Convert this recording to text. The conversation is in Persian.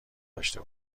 داشته